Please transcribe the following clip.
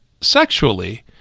sexually